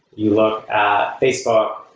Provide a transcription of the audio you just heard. you look at facebook,